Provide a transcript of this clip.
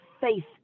faith